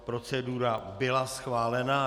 Procedura byla schválena.